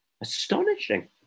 Astonishing